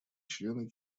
члены